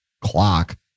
clock